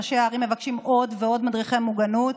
ראשי הערים מבקשים עוד ועוד מדריכי מוגנות.